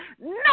no